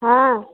हँ